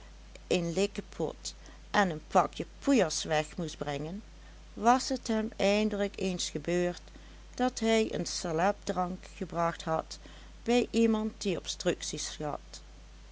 een likkepot en een pakje poeiers weg moest brengen was t hem eindelijk eens gebeurd dat hij een salebdrank gebracht had bij iemand die obstructies had